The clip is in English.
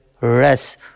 rest